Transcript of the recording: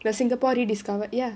the singapore rediscover ya